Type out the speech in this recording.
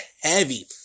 heavy